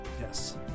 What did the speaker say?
Yes